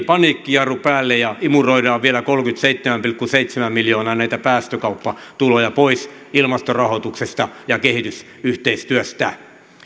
paniikkijarru päälle ja imuroidaan vielä kolmekymmentäseitsemän pilkku seitsemän miljoonaa näitä päästökauppatuloja pois ilmastorahoituksesta ja kehitysyhteistyöstä